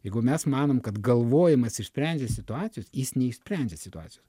jeigu mes manom kad galvojimas išsprendžia situacijas jis neišsprendžia situacijos